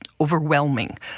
overwhelming